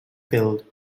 field